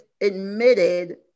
admitted